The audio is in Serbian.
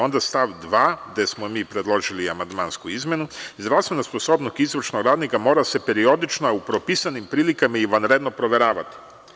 Onda stav 2. gde smo mi predložili amandmansku izmenu – zdravstvena sposobnost izvršnog radnika mora se periodično, a u propisanim prilikama i vanredno proveravati.